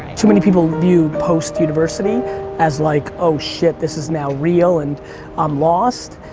too many people view post university as like oh shit this is now real and i'm lost,